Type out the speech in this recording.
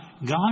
God